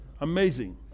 Amazing